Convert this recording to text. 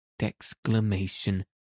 exclamation